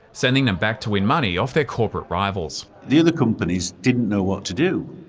sending them back to win money off their corporate rivals. the other companies didn't know what to do.